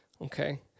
Okay